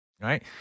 right